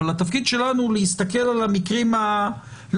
אבל התפקיד שלנו הוא להסתכל על המקרים הלא-שגרתיים.